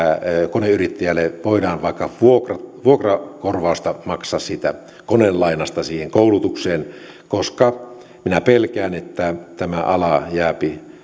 koneyrittäjälle voidaan vaikka vuokrakorvausta maksaa koneen lainasta siihen koulutukseen minä pelkään että tämä ala jää